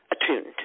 attuned